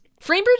Framebridge